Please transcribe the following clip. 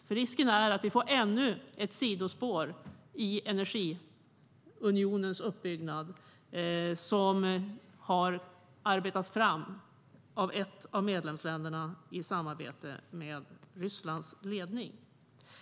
Risken är att vi får ännu ett sidospår i energiunionens uppbyggnad som har arbetats fram av ett av medlemsländerna i samarbete med Rysslands ledning.